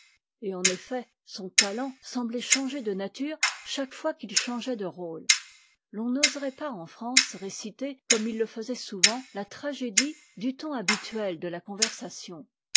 et en effet son talent semblait changer de nature chaque fois qu'il changeait de rôle l'on n'oserait pas en france réciter comme il le faisait souvent la tragédie du ton habituel de la conversation